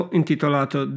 intitolato